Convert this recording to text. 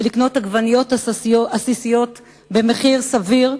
ולקנות עגבניות עסיסיות במחיר סביר.